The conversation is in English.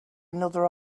another